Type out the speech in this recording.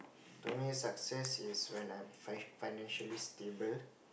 to me success is when I'm fi~ financially stable